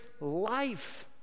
life